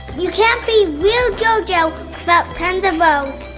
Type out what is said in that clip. you can't be real jojo without tons of bows.